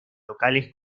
locales